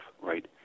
right